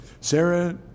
Sarah